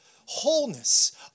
wholeness